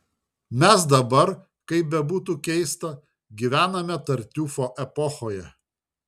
mes dabar kaip bebūtų keista gyvename tartiufo epochoje